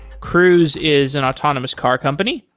cruise is an autonomous car company.